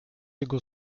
jego